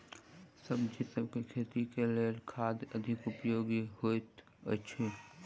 सब्जीसभ केँ खेती केँ लेल केँ खाद अधिक उपयोगी हएत अछि?